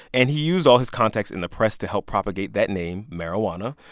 and he used all his contacts in the press to help propagate that name, marijuana.